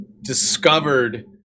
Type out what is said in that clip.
discovered